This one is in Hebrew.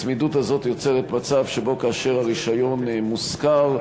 הצמידות הזאת יוצרת מצב שבו כאשר הרישיון מושכר,